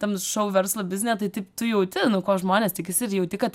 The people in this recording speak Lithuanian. tam šou verslo biznyje tai taip tu jauti ko žmonės tikisi ir jauti kad